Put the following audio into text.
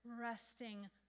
resting